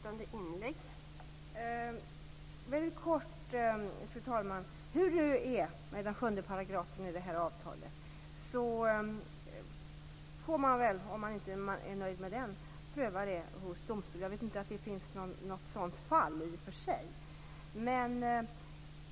Fru talman! Om man inte är nöjd med den sjunde paragrafen i avtalet får man pröva ärendet i domstol. Jag vet i och för sig inte att det funnits något sådant fall tidigare.